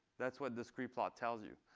that's what the scree plot tells you.